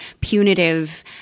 punitive